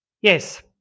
Yes